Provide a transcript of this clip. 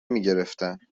میگرفتن